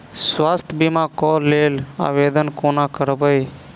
स्वास्थ्य बीमा कऽ लेल आवेदन कोना करबै?